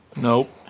nope